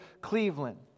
Cleveland